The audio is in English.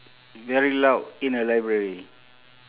very loud in a library